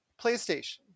PlayStation